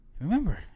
remember